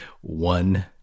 one